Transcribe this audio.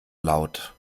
laut